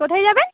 কোথায় যাবেন